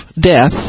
death